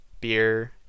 beer